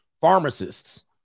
pharmacists